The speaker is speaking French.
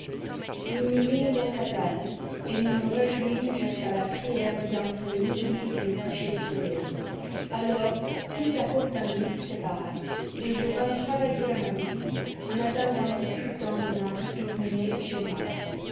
mimes donc à table et nous nous réjouîmes jusqu'à la prière d'entre le midi et le coucher du soleil alors toute la compagnie se sépara et je vins travailler à ma boutique en attendant qu'il fût temps de m'en retourner chez moi